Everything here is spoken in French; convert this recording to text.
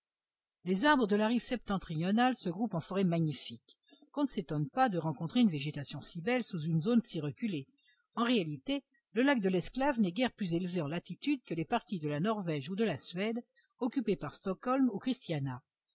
les arbres de la rive septentrionale se groupent en forêts magnifiques qu'on ne s'étonne pas de rencontrer une végétation si belle sous une zone si reculée en réalité le lac de l'esclave n'est guère plus élevé en latitude que les parties de la norvège ou de la suède occupées par stockholm ou christiania